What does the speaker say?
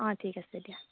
অ ঠিক আছে দিয়া